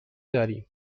داریم